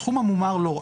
הסכום המומר לא,